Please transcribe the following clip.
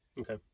Okay